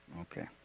Okay